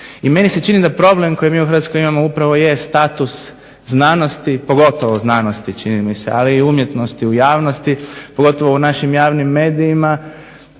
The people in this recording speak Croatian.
I meni se čini da problem koji mi u Hrvatskoj imamo upravo jest status znanosti, pogotovo znanosti čini mi se, ali i umjetnosti u javnosti pogotovo u našim javnim medijima.